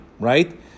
right